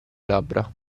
labbra